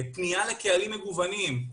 פנייה לקהלים מגוונים,